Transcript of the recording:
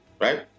right